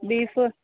beef